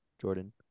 Jordan